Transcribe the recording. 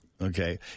okay